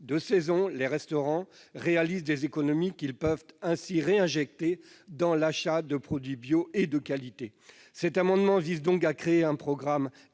de saison, les restaurants réalisent des économies qu'ils peuvent ainsi réinjecter dans l'achat de produits bio et de qualité. Nous proposons de créer un programme